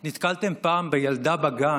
נתקלתם פעם בילדה בגן